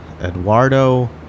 Eduardo